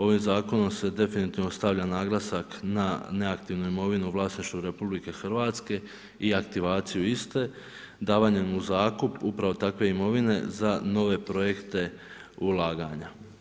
Ovim zakonom se definitivno stavlja naglasak na neaktivnu imovinu u vlasništvu Republike Hrvatske i aktivaciju iste davanjem u zakup upravo takve imovine za nove projekte ulaganja.